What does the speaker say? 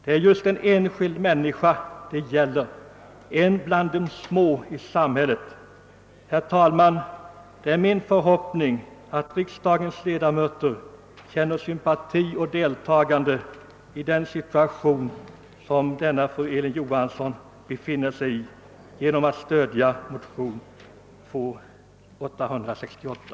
Det är just en enskild människa det gäller, en bland de små i samhället. Herr talman! Det är min förhoppning att riksdagens ledamöter visar sin sympati och sitt deltagande för fru Elin Johansson i den situation hon befinner sig i, genom att stödja motionen II: 868.